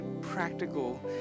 practical